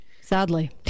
Sadly